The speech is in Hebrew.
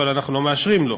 אבל אנחנו לא מאשרים לו.